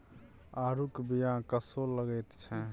आड़ूक बीया कस्सो लगैत छै